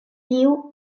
tiu